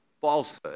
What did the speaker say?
falsehood